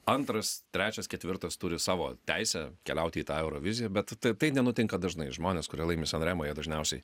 antras trečias ketvirtas turi savo teisę keliauti į tą euroviziją bet tai nenutinka dažnai žmonės kurie laimi san remą jie dažniausiai